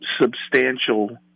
Substantial